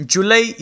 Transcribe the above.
July